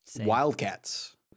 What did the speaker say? Wildcats